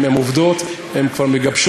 הן עובדות, הן כבר מגבשות.